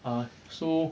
uh so